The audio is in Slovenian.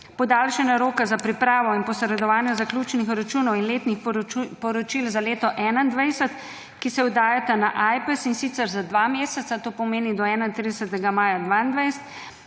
podaljšanje roka za pripravo in posredovanje zaključnih računov in letnih poročil za leto 2021, ki se oddajata na AJPES, in sicer za dva meseca. To pomeni, do 31. maja 2022.